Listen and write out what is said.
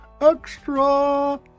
extra